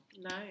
Nice